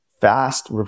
fast